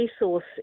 resource